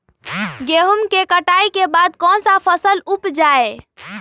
गेंहू के कटाई के बाद कौन सा फसल उप जाए?